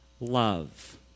love